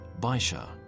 Baisha